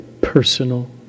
personal